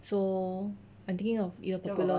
so I'm thinking of either popular